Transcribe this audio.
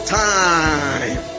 time